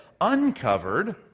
uncovered